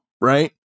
right